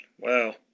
wow